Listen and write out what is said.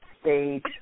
Stage